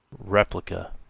replica,